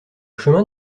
chemin